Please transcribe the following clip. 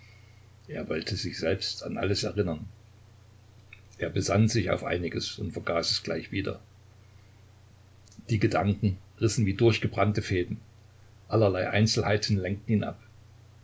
er wollte sich selbst an alles erinnern er besann sich auf einiges und vergaß es gleich wieder die gedanken rissen wie durchgebrannte fäden allerlei einzelheiten lenkten